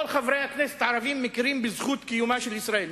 כל חברי הכנסת הערבים מכירים בזכות קיומה של ישראל,